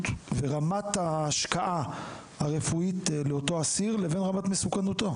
ורמת ההשקעה הרפואית לאותו אסיר לבין רמת מסוכנותו?